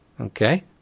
Okay